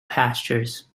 pastures